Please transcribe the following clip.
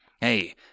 Hey